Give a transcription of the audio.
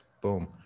boom